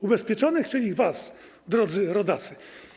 Ubezpieczonych, czyli was, drodzy rodacy.